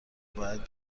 باید